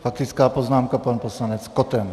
Faktická poznámka pan poslanec Koten.